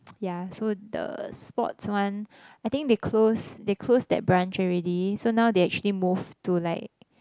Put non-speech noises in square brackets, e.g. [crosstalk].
[noise] yeah so the sports one I think they close they close that branch already so now they actually moved to like